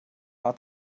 art